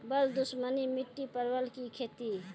बल दुश्मनी मिट्टी परवल की खेती?